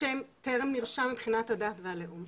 שהם 'טרם נרשם' מבחינת הדת והלאום.